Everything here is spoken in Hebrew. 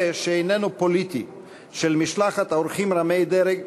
שאיננו פוליטי של משלחת אורחים רמי-דרג,